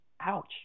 Ouch